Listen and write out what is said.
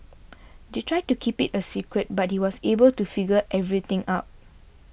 they tried to keep it a secret but he was able to figure everything out